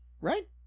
right